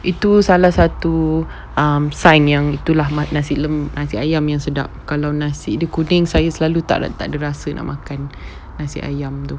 itu salah satu um sign yang itulah mak~ nasi lem~ nasi ayam yang sedap kalau nasi dia kuning saya selalu tak ter~ tak ada rasa nak makan nasi ayam tu